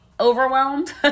overwhelmed